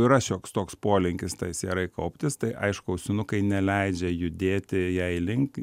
yra šioks toks polinkis tai sierai kauptis tai aišku ausinukai neleidžia judėti jai link